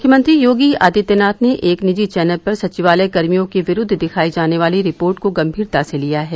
मुख्यमंत्री योगी आदित्यनाथ ने एक निजी चैनल पर सचिवालय कर्मियों के विरूद्व दिखाई जाने वाली रिपोर्ट को गंभीरता से लिया है